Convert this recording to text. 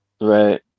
right